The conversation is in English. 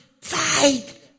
fight